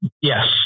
Yes